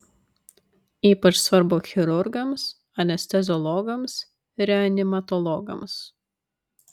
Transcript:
ypač svarbu chirurgams anesteziologams reanimatologams